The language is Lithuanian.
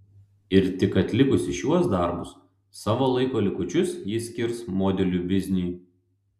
ir tik atlikusi šiuos darbus savo laiko likučius ji skirs modelių bizniui